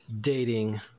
dating